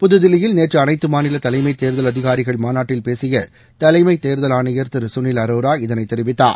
புதுதில்லியில் நேற்று அனைத்து மாநில தலைமைத் தேர்தல் அதிகாரிகள் மாநாட்டில் பேசிய தலைமைத் தேர்தல் ஆணையர் திரு சுனில் அரோரா இதனைத் தெரிவித்தார்